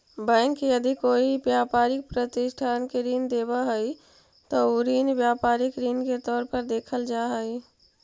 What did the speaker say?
bank यदि कोई व्यापारिक प्रतिष्ठान के ऋण देवऽ हइ त उ ऋण व्यापारिक ऋण के तौर पर देखल जा हइ